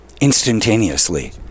instantaneously